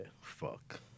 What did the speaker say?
fuck